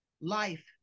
life